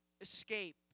escape